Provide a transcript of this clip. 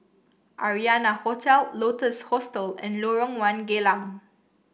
Arianna Hotel Lotus Hostel and Lorong One Geylang